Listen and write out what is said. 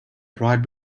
bright